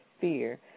fear